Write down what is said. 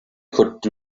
could